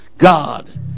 God